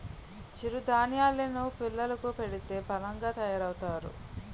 చిరు ధాన్యేలు ను పిల్లలకు పెడితే బలంగా తయారవుతారు